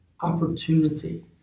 opportunity